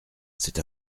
c’est